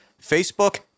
Facebook